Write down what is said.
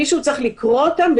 מישהו צריך לקרוא אותם,